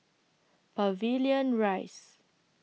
Pavilion Rise